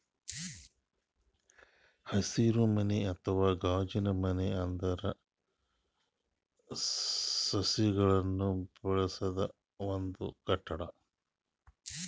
ಹಸಿರುಮನೆ ಅಥವಾ ಗಾಜಿನಮನೆ ಅಂದ್ರ ಸಸಿಗಳನ್ನ್ ಬೆಳಸದ್ ಒಂದ್ ಕಟ್ಟಡ